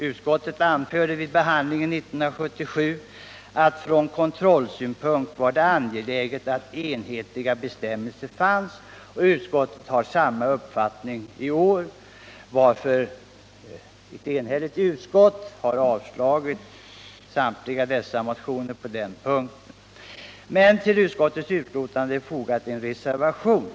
Utskottet framhöll vid behandlingen 1977 att det från kontrollsynpunkt är angeläget att det finns enhetliga bestämmelser. Utskottet har samma uppfattning i år, varför ett enhälligt utskott på denna punkt avstyrkt samtliga motioner. Till utskottets betänkande är fogad en reservation.